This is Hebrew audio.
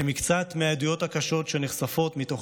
אלה מקצת העדויות הקשות שנחשפות מתוך